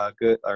good